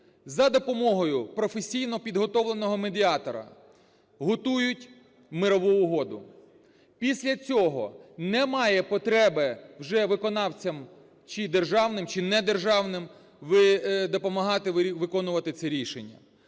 за допомогою професійно підготовленого медіатора готують мирову угоду. Після цього немає потреби вже виконавцям, чи державним, чи недержавним, допомагати виконувати це рішення.